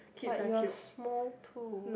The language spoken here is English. but you are small too